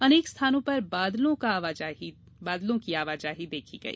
अनेक स्थानों पर बादलो की आवाजाही देखी गई